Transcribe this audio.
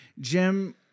Jim